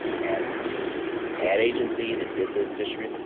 and the ad agency that did the distribution,